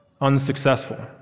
Unsuccessful